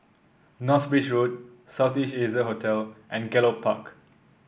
North Bridge Road South East Asia Hotel and Gallop Park